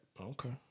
Okay